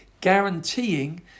guaranteeing